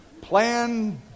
Plan